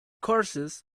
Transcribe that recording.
curses